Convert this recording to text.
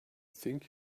think